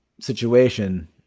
situation